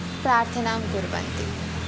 प्रार्थनां कुर्वन्ति